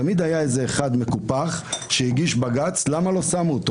תמיד היה איזה אחד מקופח מהאופוזיציה שהגיש בג"ץ למה לא שמו אותו.